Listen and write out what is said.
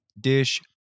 dish